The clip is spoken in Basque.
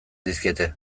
dizkiete